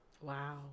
Wow